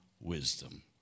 wisdom